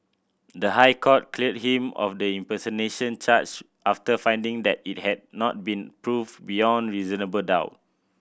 the High Court cleared him of the impersonation charge after finding that it had not been proven beyond reasonable doubt